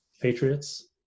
Patriots